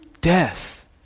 death